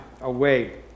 away